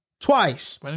Twice